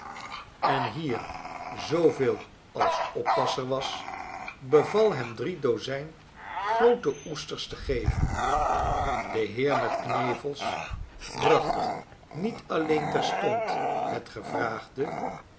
en hier zooveel als oppasser was beval hem drie dozijn groote oesters te geven de heer met knevels bracht niet alleen terstond het gevraagde